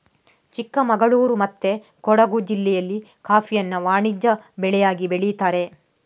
ಚಿಕ್ಕಮಗಳೂರು ಮತ್ತೆ ಕೊಡುಗು ಜಿಲ್ಲೆಯಲ್ಲಿ ಕಾಫಿಯನ್ನ ವಾಣಿಜ್ಯ ಬೆಳೆಯಾಗಿ ಬೆಳೀತಾರೆ